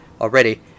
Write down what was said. already